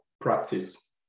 practice